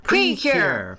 Precure